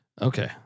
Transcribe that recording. Okay